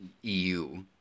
EU